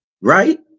right